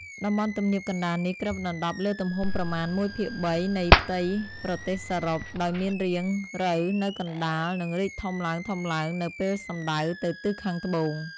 តំបន់ទំនាបកណ្ដាលនេះគ្របដណ្ដប់លើទំហំប្រមាណ ១/៣ នៃផ្ទៃប្រទេសសរុប ដោយមានរាងរៅវនៅកណ្ដាល និងរីកធំឡើងៗនៅពេលសំដៅទៅទិសខាងត្បូង។